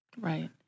Right